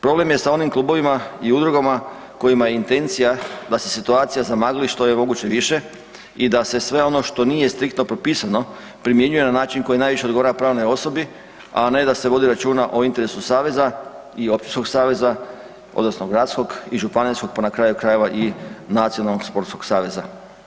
Problem je sa onim klubovima i udrugama kojima je intencija da se situacija zamagli što je moguće više i da se sve ono što nije striktno propisano primjenjuje na način koji najviše odgovara pravnoj osobi, a ne da se vodi računa o interesu saveza i općinskog saveza odnosno gradskog i županijskog pa na kraju krajeva i Nacionalnog sportskog saveza.